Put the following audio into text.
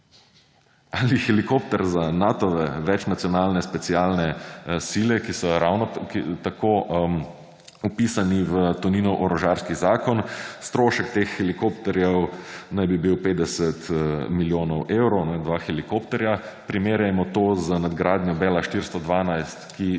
glih helikopter za Natove večnacionalne specialne sile, ki so ravno tako vpisani v Toninov orožarski zakon, strošek teh helikopterjev naj bi bil 50 milijonov evrov – dva helikopterja. Primerjamo to z nadgradnjo bell 412, ki